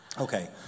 Okay